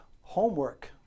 homework